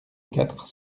quatre